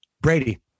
brady